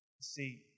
see